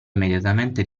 immediatamente